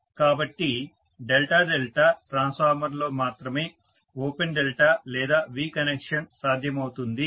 కాబట్టి delta delta ట్రాన్స్ఫార్మర్లో మాత్రమే ఓపెన్ డెల్టా లేదా V కనెక్షన్ సాధ్యమవుతుంది